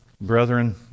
Brethren